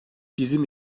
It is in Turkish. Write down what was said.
bizim